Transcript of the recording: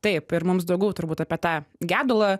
taip ir mums daugiau turbūt apie tą gedulą